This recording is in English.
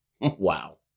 Wow